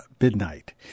midnight